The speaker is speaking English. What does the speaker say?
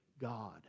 God